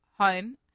home